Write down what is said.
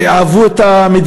אהבו הרבה יותר את המדינה,